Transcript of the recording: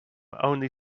only